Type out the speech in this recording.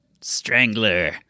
Strangler